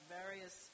various